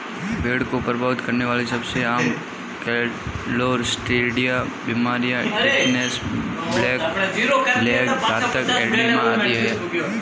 भेड़ को प्रभावित करने वाली सबसे आम क्लोस्ट्रीडिया बीमारियां टिटनेस, ब्लैक लेग, घातक एडिमा आदि है